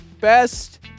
best